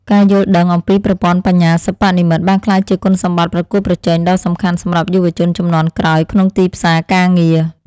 ការយល់ដឹងអំពីប្រព័ន្ធបញ្ញាសិប្បនិម្មិតបានក្លាយជាគុណសម្បត្តិប្រកួតប្រជែងដ៏សំខាន់សម្រាប់យុវជនជំនាន់ក្រោយក្នុងទីផ្សារការងារ។